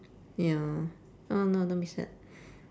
yeah oh no don't be sad